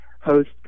host